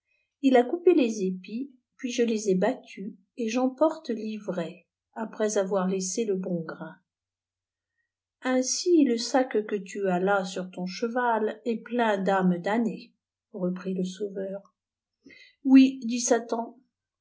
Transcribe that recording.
il a coupé les épis puis je lés ai battus et remporte tivrate après avoiir laissé le bon grain ainbi le sac que tu as là sur ton cheval est plein drames damnées reprit le sauveur oui